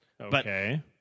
Okay